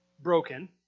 broken